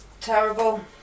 terrible